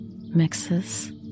mixes